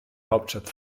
hauptstadt